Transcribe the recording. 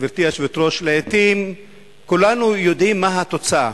גברתי היושבת-ראש, לעתים כולנו יודעים מה התוצאה.